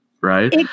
right